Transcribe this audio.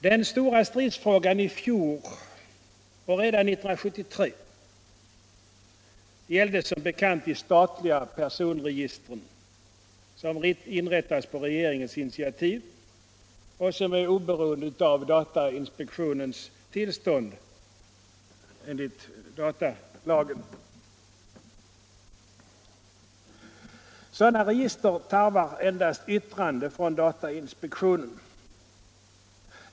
Den stora stridsfrågan i fjol och redan 1973 gällde som bekant de statliga personregistren, som inrättas på regeringens initiativ och som är oberoende av datainspektionens tillstånd enligt datalagen; de tarvar endast yttrande från datainspektionen.